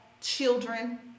children